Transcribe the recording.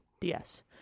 ds